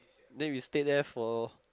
then we stayed there for